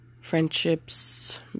Friendships